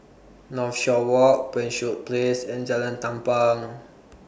Northshore Walk Penshurst Place and Jalan Tampang